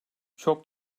çok